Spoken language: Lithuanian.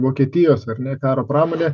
vokietijos ar ne karo pramonė